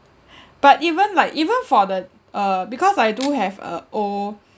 but even like even for the uh because I do have a old